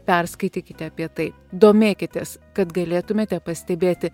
perskaitykite apie tai domėkitės kad galėtumėte pastebėti